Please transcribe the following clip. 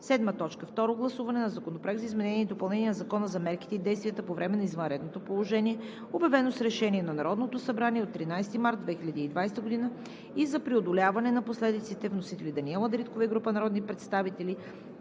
2021 г. 7. Второ гласуване на Законопроекта за допълнение на Закона за мерките и действията по време на извънредното положение, обявено с решение на Народното събрание от 13 март 2020 г., и за преодоляване на последиците. Вносители – Даниела Дариткова и група народни представители